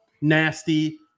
nasty